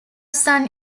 san